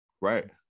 Right